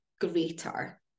greater